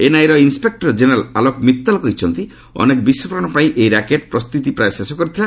NIA ର inspector general Alok Mittal କହିଛନ୍ତି ଅନେକ ବିସ୍କୋରଣ ପାଇଁ ଏଇ ରାକେଟ୍ ପ୍ରସ୍ତୁତି ପ୍ରାୟ ଶେଷ କରିଥିଲା